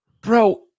Bro